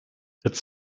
its